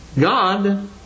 God